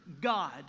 god